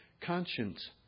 conscience